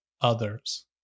others